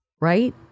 Right